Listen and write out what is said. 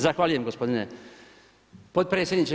Zahvaljujem gospodine potpredsjedniče.